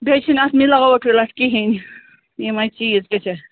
بیٚیہِ چھِ نہٕ اَتھ مِلاوَٹ وِلاوَٹ کِہیٖنۍ یِمے چیٖز گٔژھۍ اَسہِ